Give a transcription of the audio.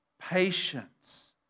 patience